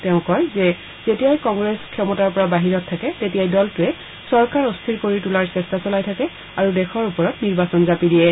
তেওঁ কয় যে যেতিয়াই কংগ্ৰেছ ক্ষমতাৰ পৰা বাহিৰত থাকে তেতিয়াই দলটোৱে চৰকাৰ অস্থিৰ কৰি তোলাৰ চেষ্টা চলাই আৰু দেশৰ ওপৰত নিৰ্বাচন জাপি দিয়ে